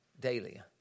Daily